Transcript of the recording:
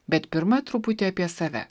bet pirma truputį apie save